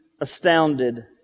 astounded